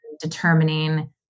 determining